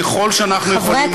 ככל שאנחנו יכולים,